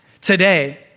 today